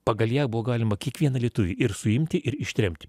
pagal ją buvo galima kiekvieną lietuvį ir suimti ir ištremt